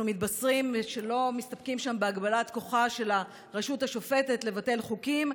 אנחנו מתבשרים שלא מסתפקים שם בהגבלת כוחה של הרשות השופטת לבטל חוקים,